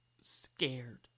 scared